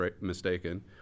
mistaken